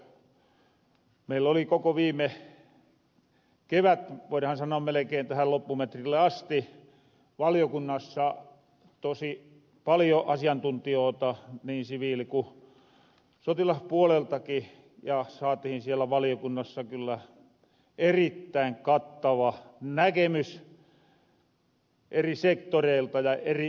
meilloli koko viime kevät voidahan sanoa melkein tähän loppumetreille asti valiokunnassa tosi paljon asiantuntijoota niin siviili ku sotilaspuoleltakin ja saatihin siellä valiokunnassa kyllä erittäin kattava näkemys eri sektoreilta ja eri näkökulumista